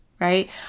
right